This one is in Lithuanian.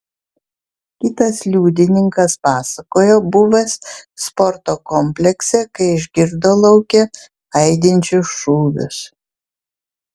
kitas liudininkas pasakojo buvęs sporto komplekse kai išgirdo lauke aidinčius šūvius